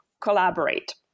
collaborate